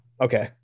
Okay